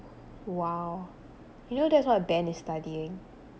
!wow! you know that's what ben is studying